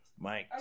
Mike